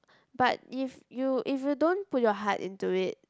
but if you if you don't put your heart into it